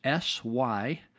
SY